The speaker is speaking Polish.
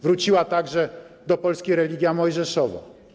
Wróciła także do Polski religia mojżeszowa.